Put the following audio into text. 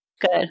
Good